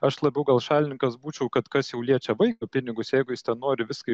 aš labiau gal šalininkas būčiau kad kas jau liečia vaiko pinigus jeigu jis ten nori viską